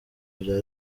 bya